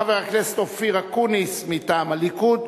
חבר הכנסת אופיר אקוניס מטעם הליכוד,